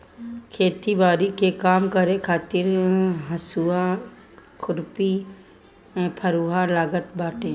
खेती बारी के काम करे खातिर हसुआ, खुरपी, फरुहा लागत हवे